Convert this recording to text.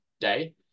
day